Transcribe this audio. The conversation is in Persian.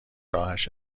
راهش